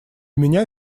меня